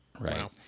right